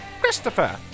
christopher